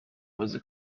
بازی